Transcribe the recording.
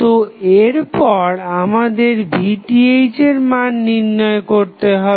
তো এরপর আমাদের VTh এর মান নির্ণয় করতে হবে